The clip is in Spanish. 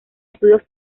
estudios